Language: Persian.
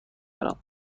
دارم